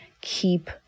keep